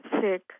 sick